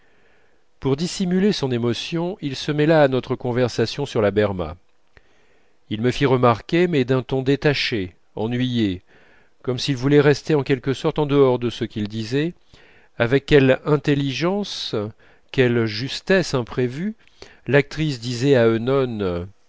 pour dissimuler son émotion il se mêla à notre conversation sur la berma il me fit remarquer mais d'un ton détaché ennuyé comme s'il voulait rester en quelque sorte en dehors de ce qu'il disait avec quelle intelligence quelle justesse imprévue l'actrice disait à œnone